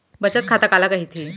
बचत खाता काला कहिथे?